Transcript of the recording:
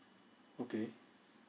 okay